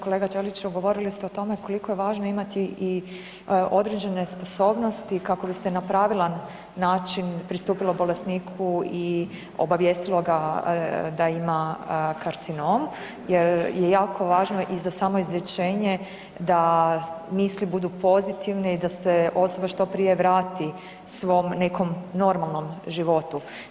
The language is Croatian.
Kolega Ćeliću govorili ste o tome koliko je važno imati i određene sposobnosti kako bi se na pravilan način pristupilo bolesniku i obavijestilo ga da ima karcinom, jer je jako važno i za samo izlječenje da misli budu pozitivne i da se osoba što prije vrati svom nekom normalnom životu.